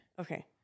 Okay